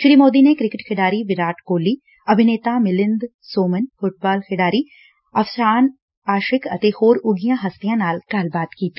ਸ੍ਰੀ ਮੋਦੀ ਨੇ ਕ੍ਕਿਟ ਖਿਡਾਰੀ ਵਿਰਾਟ ਕੋਹਲੀ ਅਭਿਨੇਤਾ ਮਿੰਲੀਦ ਸੋਮਨ ਫੁੱਟਬਾਲ ਖਿਡਾਰੀ ਅਫਸ਼ਾਨ ਆਸ਼ਿਕ ਅਤੇ ਹੋਰ ਉੱਘੀਆਂ ਹਸਤੀਆਂ ਨਾਲ ਗੱਲਬਾਤ ਕੀਤੀ